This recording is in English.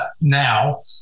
now